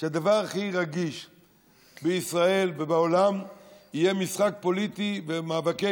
שהדבר הכי רגיש בישראל ובעולם יהיה משחק פוליטי ומאבקי